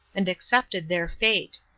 and accepted their fate.